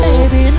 Baby